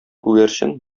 күгәрчен